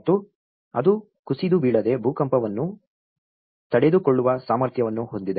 ಮತ್ತು ಅದು ಕುಸಿದು ಬೀಳದೆ ಭೂಕಂಪವನ್ನು ತಡೆದುಕೊಳ್ಳುವ ಸಾಮರ್ಥ್ಯವನ್ನು ಹೊಂದಿದೆ